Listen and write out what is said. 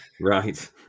right